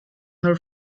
her